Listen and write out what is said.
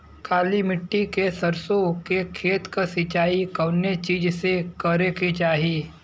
काली मिट्टी के सरसों के खेत क सिंचाई कवने चीज़से करेके चाही?